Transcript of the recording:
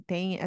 Tem